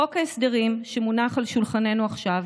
חוק ההסדרים שמונח על שולחננו עכשיו